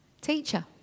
Teacher